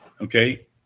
okay